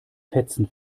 fetzen